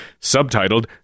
Subtitled